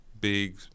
big